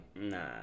Nah